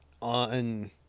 on